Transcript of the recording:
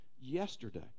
yesterday